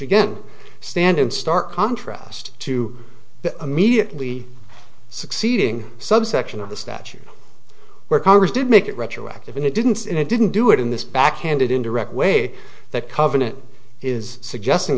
again stand in stark contrast to the immediately succeeding subsection of the statute where congress did make it retroactive and it didn't and it didn't do it in this backhanded indirect way that covenant is suggesting